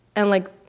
and, like,